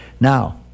Now